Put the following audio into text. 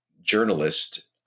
journalist